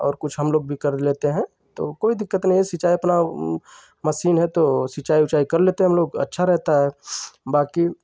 और कुछ हम लोग भी कर लेते हैं तो कोई दिक्कत नहीं है सिंचाई अपना मसीन है तो सिंचाई उचाई कर लेते हैं हम लोग अच्छा रहता है बाकी